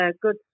good